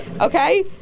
Okay